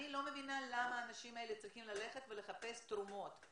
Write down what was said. אני לא מבינה למה האנשים האלה צריכים ללכת ולחפש תרומות,